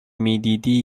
میدیدی